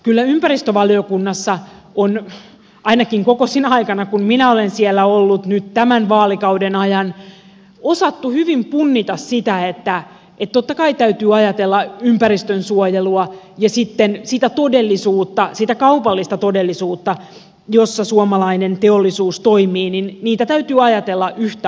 kyllä ympäristövaliokunnassa on ainakin koko sinä aikana kun minä olen siellä ollut nyt tämän vaalikauden ajan osattu hyvin punnita sitä että totta kai täytyy ajatella ympäristönsuojelua ja sitten sitä todellisuutta sitä kaupallista todellisuutta jossa suomalainen teollisuus toimii yhtä aikaa